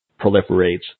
proliferates